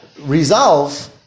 Resolve